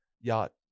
yacht